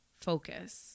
focus